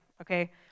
okay